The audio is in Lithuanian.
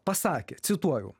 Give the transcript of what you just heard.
pasakė cituoju